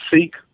seek